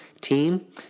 team